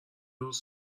روز